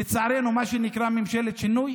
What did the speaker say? לצערנו, מה שנקרא "ממשלת שינוי".